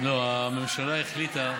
לא, הממשלה החליטה,